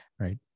right